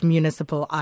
Municipal